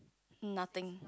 nothing